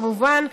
כמובן,